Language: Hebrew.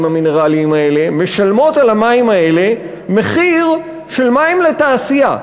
המינרליים האלה משלמות על המים האלה מחיר של מים לתעשייה.